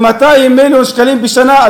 ל-200 מיליון ש"ח בשנה.